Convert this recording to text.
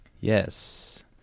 yes